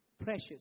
precious